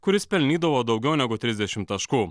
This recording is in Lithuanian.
kuris pelnydavo daugiau negu trisdešim taškų